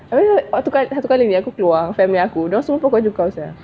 abeh satu kali satu kali ni aku keluar family aku dorang semua pakai baju kau sia